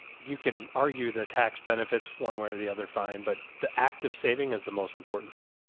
you can argue the tax benefits one way or the other fine, but. the act of saving is the most important thing.